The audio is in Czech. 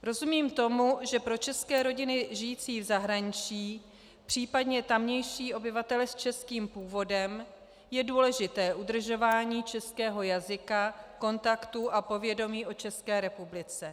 Rozumím tomu, že pro české rodiny žijící v zahraničí, případně tamější obyvatele s českým původem, je důležité udržování českého jazyka, kontaktů a povědomí o České republice.